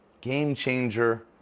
Game-changer